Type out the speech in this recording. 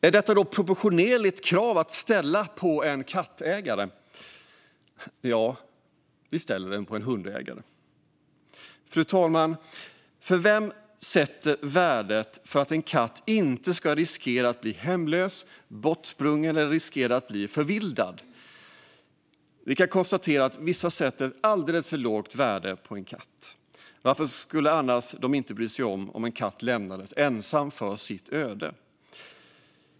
Är det då ett proportionerligt krav att ställa på en kattägare? Ja, vi ställer det på en hundägare. Fru talman! Vem sätter värdet för att en katt inte ska riskera att bli hemlös, bortsprungen eller förvildad? Vi kan konstatera att vissa sätter ett alldeles för lågt värde på en katt. Varför skulle de annars inte bry sig om att en katt lämnas ensam åt sitt öde?